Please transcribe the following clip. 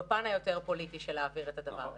בפן היותר פוליטי של להעביר את הדבר הזה.